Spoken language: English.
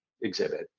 exhibit